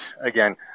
again